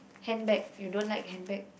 handbag you don't like handbag